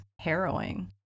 harrowing